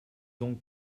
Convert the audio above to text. donc